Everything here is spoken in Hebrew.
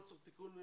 לא צריך תיקון.